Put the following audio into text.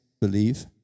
Believe